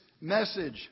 message